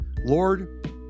Lord